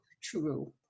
True